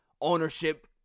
Ownership